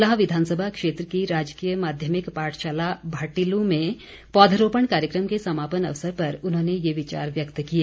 सुलह विधानसभा क्षेत्र की राजकीय माध्यमिक पाठशाला भाटिलू में पौधरोपण कार्यक्रम के समापन अवसर पर उन्होंने ये विचार व्यक्त किए